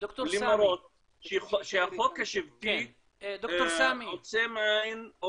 למרות שהחוק השבטי עוצם עין,